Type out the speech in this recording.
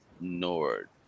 Nord